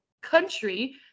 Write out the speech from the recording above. country